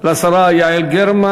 השרה יעל גרמן.